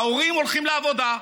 ההורים הולכים לעבודה,